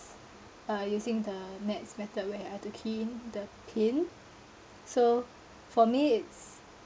uh using the nets method where I have to key in the pin so for me it's